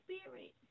Spirit